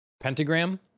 Pentagram